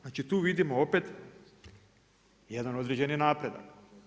Znači tu vidimo opet jedan određeni napredak.